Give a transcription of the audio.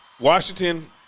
Washington